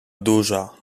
duża